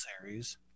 Series